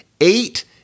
eight